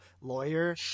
lawyer